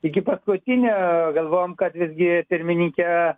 iki paskutinio galvojom kad visgi pirmininkė